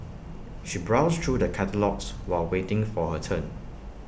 she browsed through the catalogues while waiting for her turn